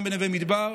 גם בנווה מדבר.